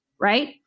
Right